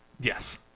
Yes